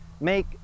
make